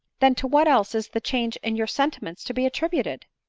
then, to what else is the change in your sentiments to be attributed?